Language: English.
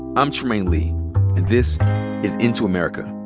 i'm trymaine lee. and this is into america.